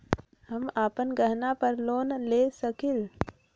हम अपन गहना पर लोन ले सकील?